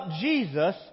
Jesus